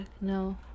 no